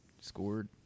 scored